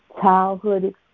childhood